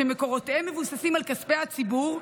שמקורותיהם מבוססים על כספי ציבור,